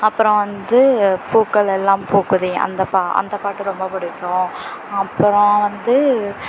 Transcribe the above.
அப்புறோம் வந்து பூக்களெல்லாம் பூக்குதே அந்த பா அந்த பாட்டு ரொம்ப பிடிக்கும் அப்புறோம் வந்து